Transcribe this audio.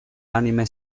anime